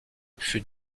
fut